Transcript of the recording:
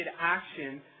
action